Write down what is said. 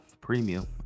Premium